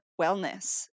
wellness